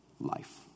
life